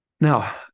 Now